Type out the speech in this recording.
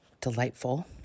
delightful